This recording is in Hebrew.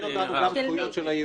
--- מרב,